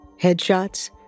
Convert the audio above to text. headshots